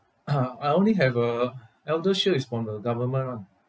I only have uh ElderShield is from the government [one]